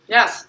Yes